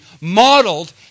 modeled